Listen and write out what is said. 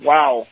Wow